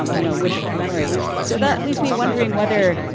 um you know, wishful memory. so that leaves me wondering whether,